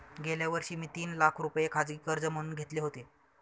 गेल्या वर्षी मी तीन लाख रुपये खाजगी कर्ज म्हणून घेतले होते